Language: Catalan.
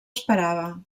esperava